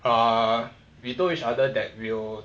ah we told each other that we will